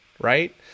right